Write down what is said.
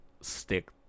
stick